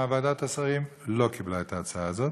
ועדת השרים לא קיבלה את ההצעה הזאת,